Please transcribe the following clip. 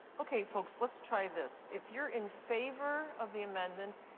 okay, folks, let's try this. if you're in favor of the amendment,